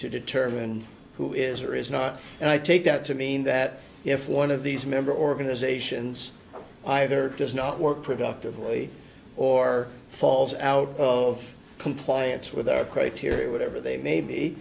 to determine who is or is not and i take that to mean that if one of these member organizations either does not work productively or falls out of compliance with their criteria whatever they may be